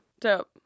Dope